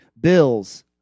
bills